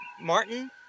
Martin